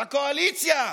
הקואליציה,